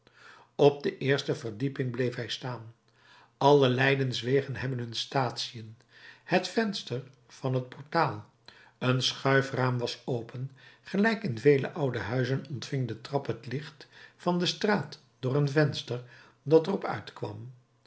op de eerste verdieping bleef hij staan alle lijdenswegen hebben hun statiën het venster van het portaal een schuifraam was open gelijk in vele oude huizen ontving de trap het licht van de straat door een venster dat er op uitkwam